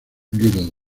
little